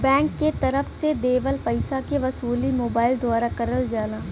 bank के तरफ से देवल पइसा के वसूली मोबाइल द्वारा करल जाला